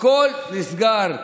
הכול נסגר.